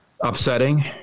upsetting